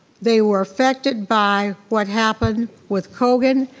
they were affected by what happened with colgan,